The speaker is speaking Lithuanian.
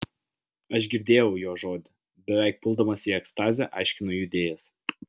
aš girdėjau jo žodį beveik puldamas į ekstazę aiškino judėjas